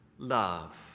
love